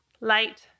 light